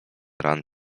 ran